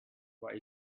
what